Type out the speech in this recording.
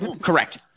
Correct